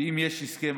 ואם יש הסכם,